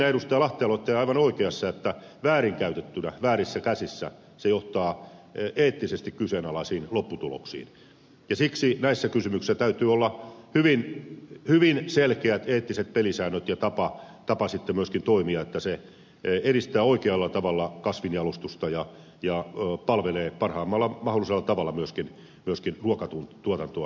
lahtela olette aivan oikeassa että väärinkäytettynä väärissä käsissä se johtaa eettisesti kyseenalaisiin lopputuloksiin ja siksi näissä kysymyksissä täytyy olla hyvin selkeät eettiset pelisäännöt ja myöskin sitten tapa toimia että se edistää oikealla tavalla kasvinjalostusta ja palvelee parhaimmalla mahdollisella tavalla myöskin ruokatuotantoa tulevaisuudessa